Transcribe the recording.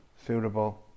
suitable